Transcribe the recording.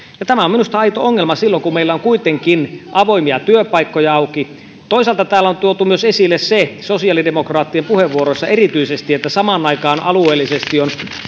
tämä on minusta aito ongelma silloin kun meillä on kuitenkin avoimia työpaikkoja auki toisaalta täällä on tuotu myös esille sosiaalidemokraattien puheenvuoroissa erityisesti se että samaan aikaan alueellisesti on